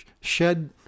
Shed